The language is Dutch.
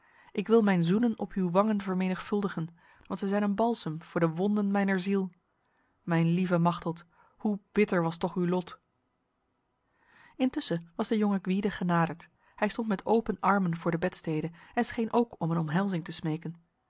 ik wil mijn zoenen op uw wangen vermenigvuldigen want zij zijn een balsem voor de wonden mijner ziel mijn lieve machteld hoe bitter was toch uw lot intussen was de jonge gwyde genaderd hij stond met open armen voor de bedstede en scheen ook om een omhelzing te smeken